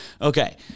Okay